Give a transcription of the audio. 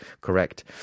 correct